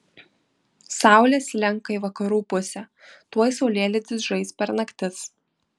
saulė slenka į vakarų pusę tuoj saulėlydis žais per naktis